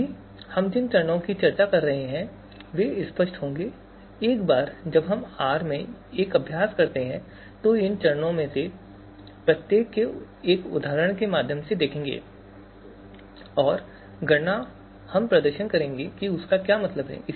अभी हम जिन चरणों पर चर्चा कर रहे हैं वे स्पष्ट होंगे एक बार जब हम R में एक अभ्यास करते हैं तो हम इन चरणों में से प्रत्येक के एक उदाहरण के माध्यम से देखेंगे और गणना कि हम प्रदर्शन करेंगे और उनका क्या मतलब है